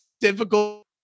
difficult